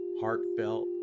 heartfelt